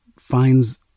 finds